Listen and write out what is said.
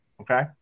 Okay